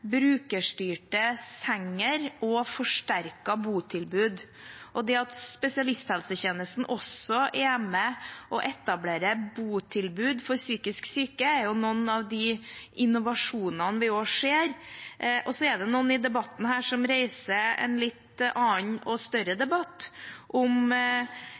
brukerstyrte senger og forsterket botilbud, og det at spesialisthelsetjenesten også er med og etablerer botilbud for psykisk syke, er en del av den innovasjonen vi også ser. Så er det noen i debatten her som reiser en litt annen og større debatt, om